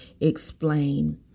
explain